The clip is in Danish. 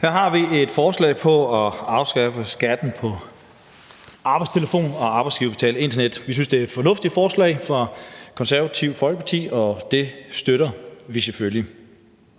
Her har vi et forslag til at afskaffe skatten på arbejdstelefon og arbejdsgiverbetalt internet. Vi synes, det er et fornuftigt forslag fra Det Konservative Folkeparti, og det støtter vi selvfølgelig.